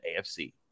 AFC